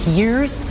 years